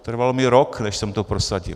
Trvalo mi rok, než jsem to prosadil.